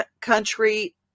country